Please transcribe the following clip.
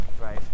Right